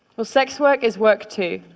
well, sex work is work, too.